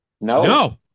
no